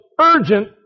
urgent